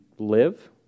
Live